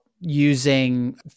using